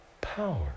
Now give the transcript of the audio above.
power